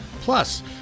plus